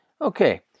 Okay